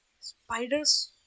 Spiders